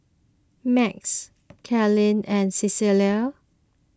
Max Kaley and Cecile